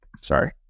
sorry